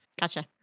Gotcha